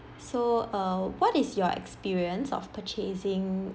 so uh what is your experience of purchasing